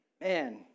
Man